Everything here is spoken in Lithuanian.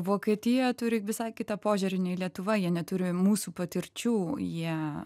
vokietija turi visai kitą požiūrį nei lietuva jie neturi mūsų patirčių jie